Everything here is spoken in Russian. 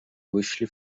вышли